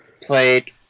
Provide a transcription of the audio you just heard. played